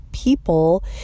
People